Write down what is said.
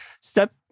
Step